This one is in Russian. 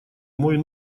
мой